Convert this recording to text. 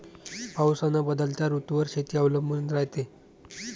पाऊस अन बदलत्या ऋतूवर शेती अवलंबून रायते